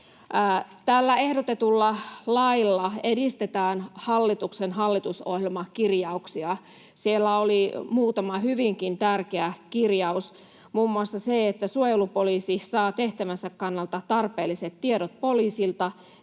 Tällä ehdotetulla lailla edistetään hallituksen hallitusohjelmakirjauksia. Siellä oli muutama hyvinkin tärkeä kirjaus, muun muassa se, että suojelupoliisi saa tehtävänsä kannalta tarpeelliset tiedot poliisilta,